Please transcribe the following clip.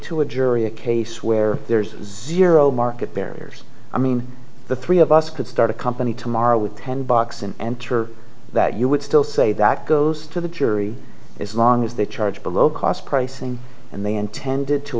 to a jury a case where there's zero market barriers i mean the three of us could start a company tomorrow with ten bucks and enter that you would still say that goes to the jury is long as they charge below cost pricing and they intended to